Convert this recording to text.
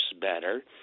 better